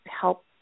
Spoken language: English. help